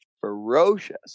ferocious